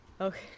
Okay